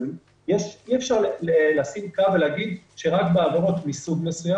אבל אי אפשר לשים קו ולהגיד שרק בעבירות מסוג מסוים